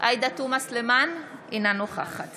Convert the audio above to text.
עאידה תומא סלימאן, אינה נוכחת